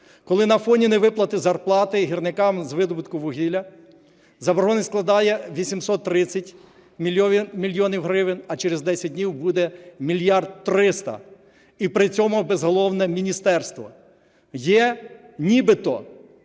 коли на фоні невиплати зарплати гірникам з видобутку вугілля заборгованість складає 830 мільйонів гривень, а через 10 днів буде мільярд 300, і при цьому безголове міністерство. Є нібито